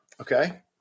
okay